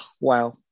wow